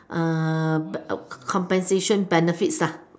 compensation benefits